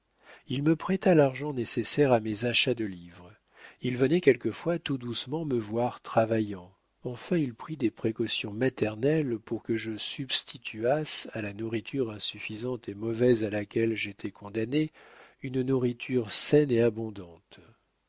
il me prêta l'argent nécessaire à mes achats de livres il venait quelquefois tout doucement me voir travaillant enfin il prit des précautions maternelles pour que je substituasse à la nourriture insuffisante et mauvaise à laquelle j'étais condamné une nourriture saine et abondante